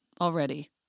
already